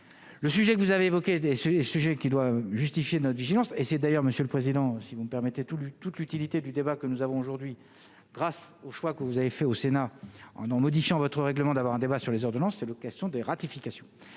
le sujet que vous avez évoqué des sujets qui doit justifier notre vigilance et c'est d'ailleurs Monsieur le Président, si vous me permettez tout lu toute l'utilité du débat que nous avons aujourd'hui grâce au choix que vous avez fait au Sénat en en modifiant votre règlement d'avoir un débat sur les ordonnances, c'est l'occasion de ratification